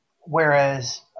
Whereas